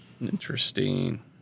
Interesting